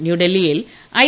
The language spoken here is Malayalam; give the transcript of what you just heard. ന്യൂഡൽഹിയിൽ ഐ